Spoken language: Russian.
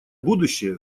будущее